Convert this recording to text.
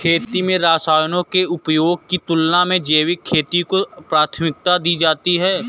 खेती में रसायनों के उपयोग की तुलना में जैविक खेती को प्राथमिकता दी जाती है